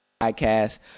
podcast